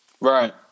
Right